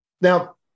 Now